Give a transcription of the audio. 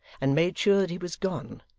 and made sure that he was gone,